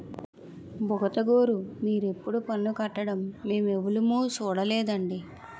బుగతగోరూ మీరెప్పుడూ పన్ను కట్టడం మేమెవులుమూ సూడలేదండి